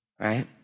right